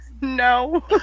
No